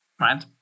right